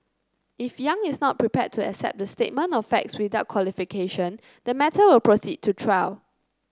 if Yang is not prepared to accept the statement of facts without qualification the matter will proceed to trial